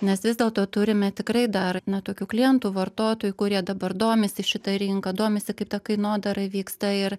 nes vis dėlto turime tikrai dar na tokių klientų vartotojų kurie dabar domisi šita rinka domisi kaip ta kainodara vyksta ir